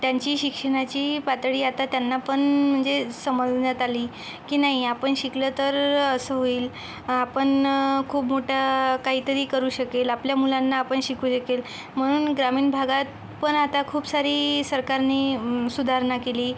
त्यांची शिक्षणाची पातळी आता त्यांना पण म्हणजे समजण्यात आली की नाही आपण शिकलं तर असं होईल आपण खूप मोठं काहीतरी करू शकेल आपल्या मुलांना आपण शिकवू शकेल म्हणून ग्रामीण भागात पण आता खूप सारी सरकारने सुधारणा केली